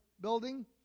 building